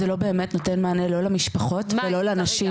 זה לא באמת נותן מענה לא למשפחות ולא לנשים.